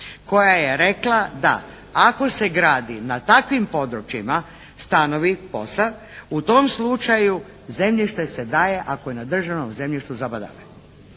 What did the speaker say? koja je rekla da ako se gradi na takvim područjima stanovi POS-a, u tom slučaju zemljište se daje ako je na državnom zemljištu zabadave.